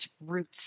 roots